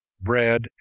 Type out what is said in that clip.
bread